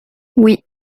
oui